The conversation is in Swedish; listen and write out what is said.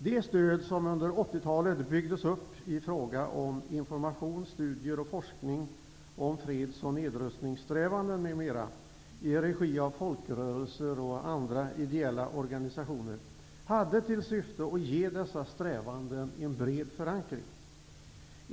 Det stöd som under 80 talet byggdes upp i fråga om information, studier och forskning om freds och nedrustningssträvanden m.m. i regi av folkrörelser och andra ideella organisationer hade till syfte att ge dessa strävanden en bred förankring.